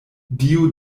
dio